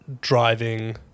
driving